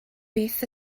beth